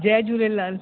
Jay Jhulelal